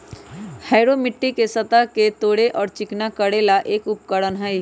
harrow मिट्टी के सतह के तोड़े और चिकना करे ला एक उपकरण हई